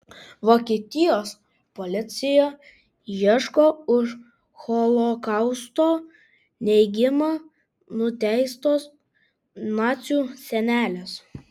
vokietijos policija ieško už holokausto neigimą nuteistos nacių senelės